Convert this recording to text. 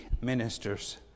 ministers